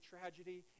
tragedy